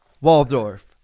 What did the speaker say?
Waldorf